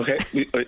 Okay